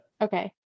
Okay